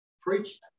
preach